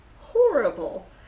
horrible